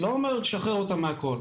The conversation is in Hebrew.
לא אומר לשחרר אותם מהכול,